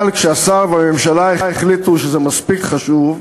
אבל כשהשר והממשלה החליטו שזה מספיק חשוב,